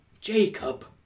Jacob